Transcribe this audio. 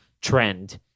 trend